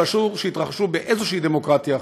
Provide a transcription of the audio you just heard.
ואסור שיתרחשו באיזושהי דמוקרטיה אחרת.